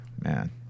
man